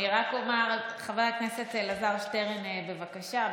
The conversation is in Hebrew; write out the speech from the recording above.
חבר הכנסת אלעזר שטרן, בבקשה.